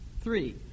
Three